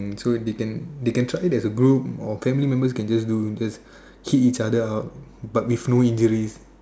so they can they can sign as a group or family members can just do just hit each other out but with few injuries